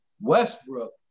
Westbrook